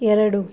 ಎರಡು